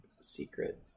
secret